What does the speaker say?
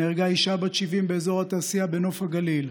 נהרגה אישה בת 70 באזור התעשייה בנוף הגליל.